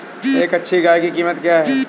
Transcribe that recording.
एक अच्छी गाय की कीमत क्या है?